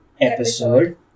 episode